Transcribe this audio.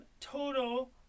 total